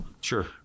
sure